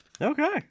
Okay